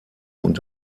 und